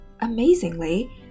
amazingly